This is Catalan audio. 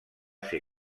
ser